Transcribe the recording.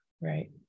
Right